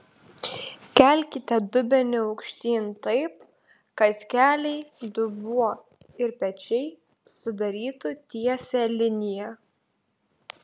kelkite dubenį aukštyn taip kad keliai dubuo ir pečiai sudarytų tiesią liniją